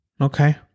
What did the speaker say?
Okay